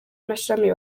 amashami